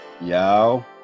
yo